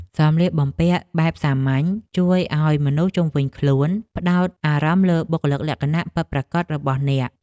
សម្លៀកបំពាក់បែបសាមញ្ញជួយឱ្យមនុស្សជុំវិញខ្លួនផ្តោតអារម្មណ៍លើបុគ្គលិកលក្ខណៈពិតប្រាកដរបស់អ្នក។